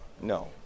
no